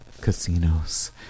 casinos